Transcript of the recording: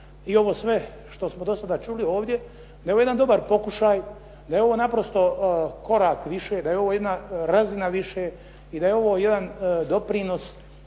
i ovo sve što smo do sada čuli ovdje, nego jedan dobar pokušaj da je ovo naprosto korak više, da je ovo jedna razina više i da je ovo jedan doprinos